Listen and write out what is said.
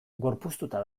gorpuztuta